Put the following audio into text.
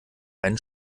einen